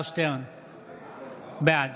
בעד